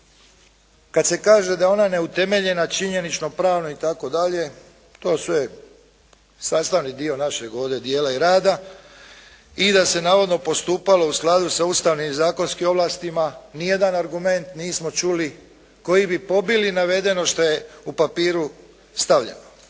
kad se kaže da je ona neutemeljena, činjenično, pravno i tako dalje. To sve sastavni dio našeg ovdje dijela i rada i da se navodno postupalo u skladu sa ustavnim i zakonskim ovlastima nijedan argument nismo čuli koji bi pobili navedeno što je u papiru stavljeno.